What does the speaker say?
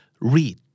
Read